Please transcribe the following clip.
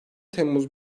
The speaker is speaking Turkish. temmuz